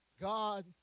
God